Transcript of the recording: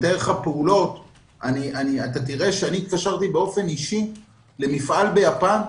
אתה תראה שאני התקשרתי באופן אישי למפעל ביפן,